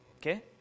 Okay